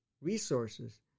resources